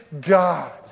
God